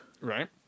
Right